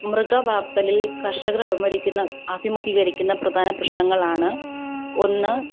മൃഗവളര്ത്തലില് കര്ഷകര് അഭിമുഖീകരിക്കുന്ന അഭിമുഖീകരിക്കുന്ന പ്രധാന പ്രശ്നങ്ങൾ ആണ് ഒന്ന്